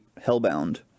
Hellbound